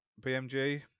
BMG